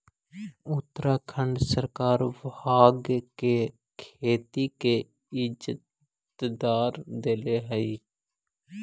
उत्तराखंड सरकार भाँग के खेती के इजाजत देले हइ